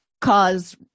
cause